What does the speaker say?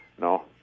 No